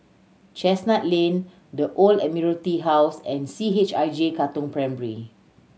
Chestnut Lane The Old Admiralty House and C H I J Katong Primary